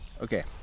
okay